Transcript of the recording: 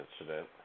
incident